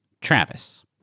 Travis